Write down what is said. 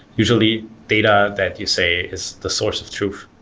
usually data that you say is the source of truth,